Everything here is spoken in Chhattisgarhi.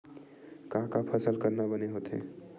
का का फसल करना बने होथे?